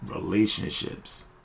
relationships